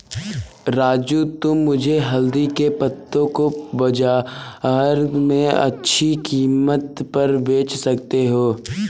राजू तुम मुझे हल्दी के पत्तों को बाजार में अच्छे कीमत पर बेच सकते हो